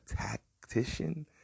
tactician